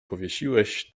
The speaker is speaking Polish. powiesiłeś